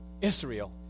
Israel